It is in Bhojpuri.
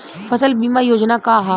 फसल बीमा योजना का ह?